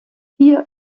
hier